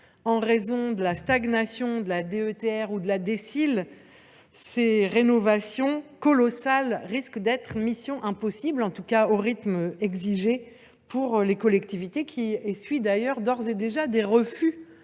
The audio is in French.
en raison de la stagnation de la DETR ou de la DSIL, ces rénovations colossales risquent d’être une mission impossible, en tout cas au rythme exigé, pour les collectivités. Celles ci essuient d’ores et déjà des refus